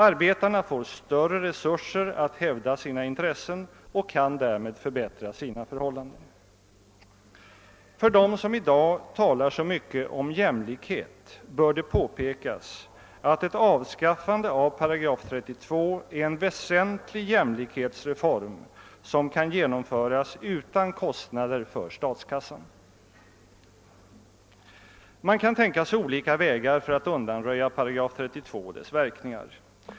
Arbetarna får större resurser att hävda sina intressen och kan därmed förbättra sina förhållanden. För dem som i dag talar så mycket om jämlikhet bör påpekas att ett avskaffande av § 32 är en väsentlig jämlikhetsreform som kan genomföras utan kostnader för statskassan. Man kan tänka sig olika vägar för att undanröja 8 32 och dess verkningar.